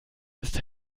ist